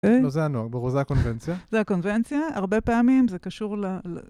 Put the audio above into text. לא, זה הנוח, זה הקונבנציה. זה הקונבנציה, הרבה פעמים זה קשור ל...